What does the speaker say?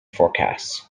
forecasts